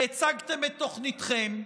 והצגתם את תוכניתכם?